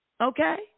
okay